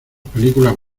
películas